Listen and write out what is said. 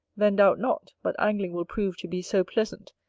then doubt not but angling will prove to be so pleasant,